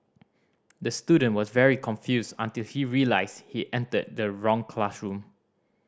the student was very confused until he realised he entered the wrong classroom